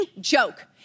joke